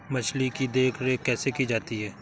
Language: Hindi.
मछली की देखरेख कैसे की जाती है?